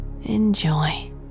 Enjoy